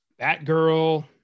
Batgirl